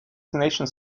nations